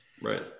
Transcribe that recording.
Right